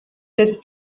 test